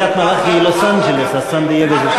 קריית-מלאכי היא לוס-אנג'לס, אז סן-דייגו זה,